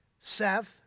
Seth